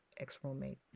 ex-roommate